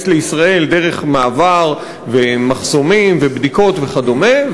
לישראל דרך מעבר ומחסומים ובדיקות וכדומה,